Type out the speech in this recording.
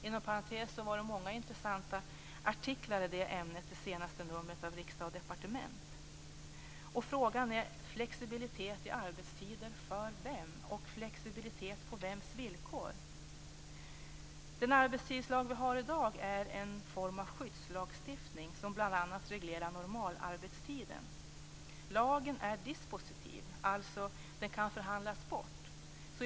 Inom parentes kan jag säga att det var många intressanta artiklar i det ämnet i det senaste numret av tidningen Och frågan är: Flexibilitet i arbetstider för vem och på vems villkor? Den arbetstidslag som vi har i dag är en form av skyddslagstiftning som bl.a. reglerar normalarbetstiden. Lagen är dispositiv, alltså den kan förhandlas bort.